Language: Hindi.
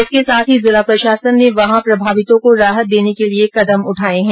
इसके साथ ही जिला प्रशासन ने वहां प्रभावितों को राहत देने के लिए कदम उठाए है